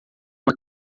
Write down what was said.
uma